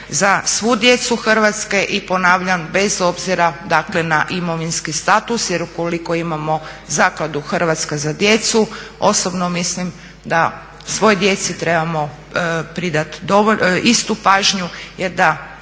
za svu djecu Hrvatske i ponavljam, bez obzira dakle na imovinski status jer ukoliko imamo zakladu ″Hrvatska za djecu″ osobno mislim da svoj djeci trebamo pridat istu pažnju, jer da